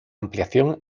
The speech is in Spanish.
ampliación